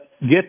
get